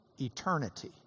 eternity